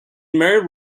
married